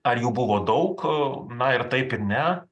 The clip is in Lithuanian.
ar jų buvo daug na ir taip ir ne